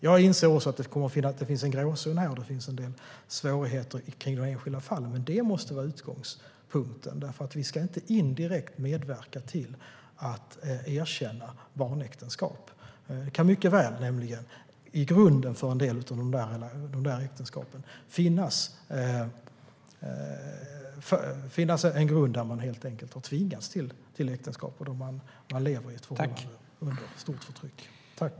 Jag inser att det finns en gråzon och att det finns en del svårigheter i de enskilda fallen. Men detta måste vara utgångspunkten. Vi ska inte indirekt medverka till att erkänna barnäktenskap. När det gäller en del av de här äktenskapen kan det nämligen mycket väl finnas en grund där man helt enkelt har tvingats till äktenskap, och man lever i ett förhållande under stort förtryck.